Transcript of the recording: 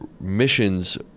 missions